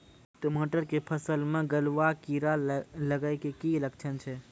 टमाटर के फसल मे गलुआ कीड़ा लगे के की लक्छण छै